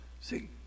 See